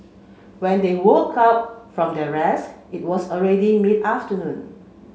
when they woke up from their rest it was already mid afternoon